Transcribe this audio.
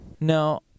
no